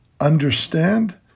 understand